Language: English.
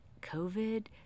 COVID